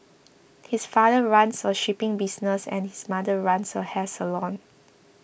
his father runs a shipping business and his mother runs a hair salon